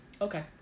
okay